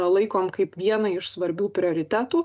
laikom kaip vieną iš svarbių prioritetų